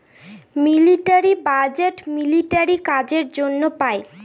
military budget military কাজের জন্য পাই